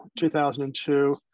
2002